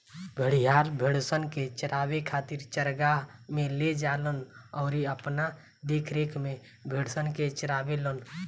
भेड़िहार, भेड़सन के चरावे खातिर चरागाह में ले जालन अउरी अपना देखरेख में भेड़सन के चारावेलन